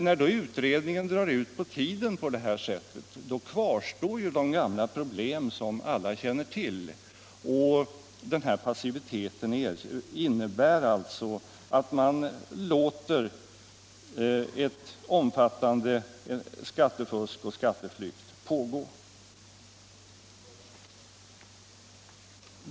När utredningen drar ut på tiden så här, kvarstår emellertid de gamla problem som alla känner till. Passiviteten innebär att man låter skattefusk och skatteflykt av betydande omfattning pågå.